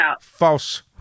False